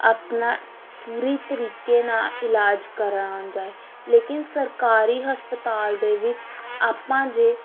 ਆਪਣਾ ਪੂਰੀ ਤਰੀਕੇ ਨਾਲ ਇਲਾਜ ਕਰਵਾਉਣ ਜਾਵੇ ਲੇਕਿਨ ਸਰਕਾਰੀ ਹਸਪਤਾਲ ਦੇ ਵਿੱਚ ਆਪਾਂ ਜੇ